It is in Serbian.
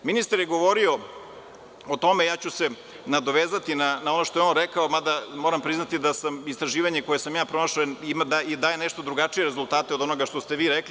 Ministar je govorio o tome, ja ću se nadovezati na ono što je on rekao, mada moram priznati da istraživanje koje sam pronašao daje nešto drugačije rezultate od onoga što ste vi rekli.